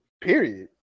period